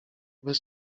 bez